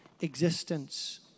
existence